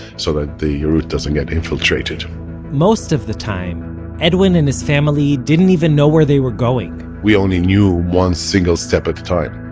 so that the route doesn't get infiltrated most of the time edwin and his family didn't even know where they were going we only knew one single step at a time.